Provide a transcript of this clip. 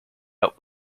out